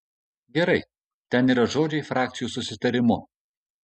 gerai ten yra žodžiai frakcijų susitarimu